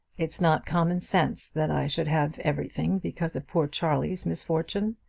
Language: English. it's not common sense that i should have everything because of poor charley's misfortune.